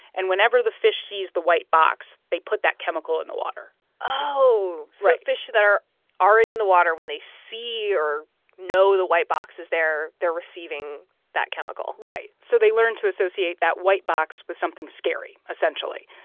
and whenever the fish sees the white box, they put that chemical in the water oh right so fish that are already in the water when they see or know the white box is there, they're receiving that chemical right. so they learn to associate that white box with something scary, essentially.